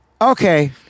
okay